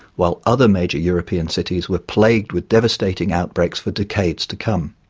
while other major european cities were plagued with devastating outbreaks for decades to come.